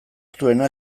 duena